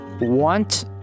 want